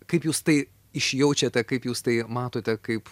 kaip jūs tai išjaučiate kaip jūs tai matote kaip